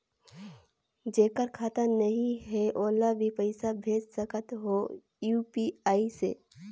जेकर खाता नहीं है ओला भी पइसा भेज सकत हो यू.पी.आई से?